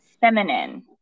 feminine